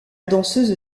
danseuse